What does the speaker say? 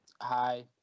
Hi